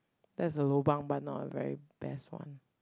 that's a lobang but not a very best one